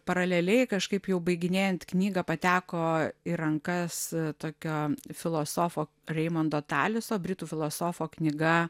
paraleliai kažkaip jau baiginėjant knygą pateko į rankas tokio filosofo reimondo taleso britų filosofo knyga